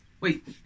Wait